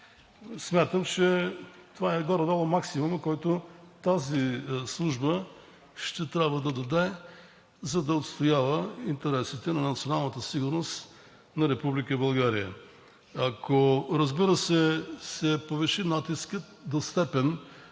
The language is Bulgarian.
Смятам, че това е горе-долу максимумът, който тази служба ще трябва да даде, за да отстоява интересите на националната сигурност на Република България. Ако, разбира се, се повиши натискът до степен